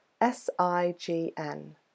S-I-G-N